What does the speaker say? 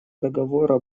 договора